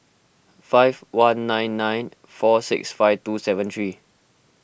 five one nine nine four six five two seven three